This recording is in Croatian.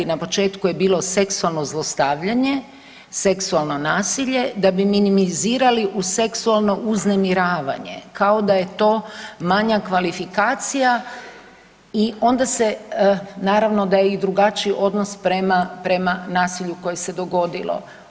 Na početku je bilo seksualno zlostavljanje, seksualno nasilje da bi minimizirali u seksualno uznemiravanje kao da je to manja kvalifikacija i onda se naravno da je i drugačiji odnos prema nasilju koje se dogodilo.